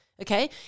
Okay